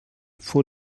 vor